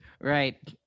Right